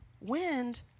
Wind